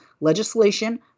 legislation